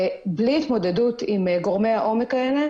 בלי התמודדות עם גורמי העומק האלה,